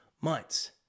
months